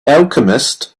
alchemist